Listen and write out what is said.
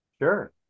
Sure